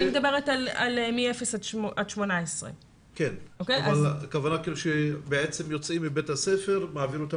אני מדברת מאפס עד 18. האם הכוונה שהם יוצאים מבית הספר לאשפוז?